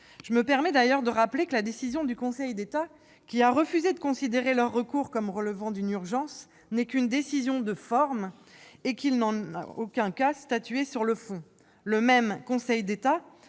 Je me permets de rappeler que la décision du Conseil d'État, qui a refusé de considérer leur recours comme relevant d'une urgence, n'est qu'une décision de forme, le Conseil n'ayant en aucun cas statué sur le fond. En revanche, le même Conseil d'État